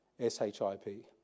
S-H-I-P